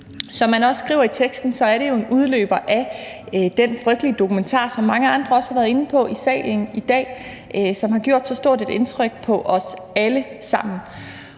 Som man også skriver i teksten, er det jo en udløber af den frygtelige dokumentar, som mange andre også har været inde på i salen i dag, og som har gjort så stort et indtryk på os alle sammen.